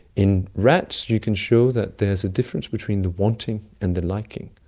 in rats you can show that there is a difference between the wanting and the liking.